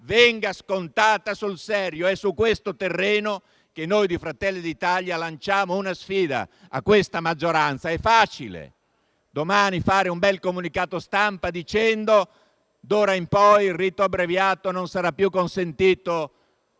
venga scontata sul serio. È su questo terreno che noi di Fratelli d'Italia lanciamo una sfida a questa maggioranza. È facile domani fare un bel comunicato stampa dicendo che d'ora in poi il rito abbreviato non sarà più consentito